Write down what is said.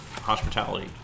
hospitality